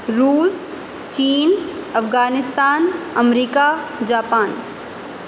روس چین افغانستان امریکہ جاپان